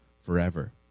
forever